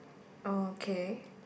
okay